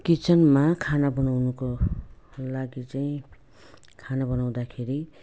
किचनमा खाना बनाउनुको लागि चाहिँ खाना बनाउँदाखेरि